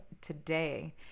today